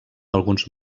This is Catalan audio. alguns